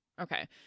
Okay